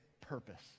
purpose